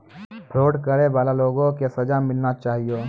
fraud करै बाला लोगो के सजा मिलना चाहियो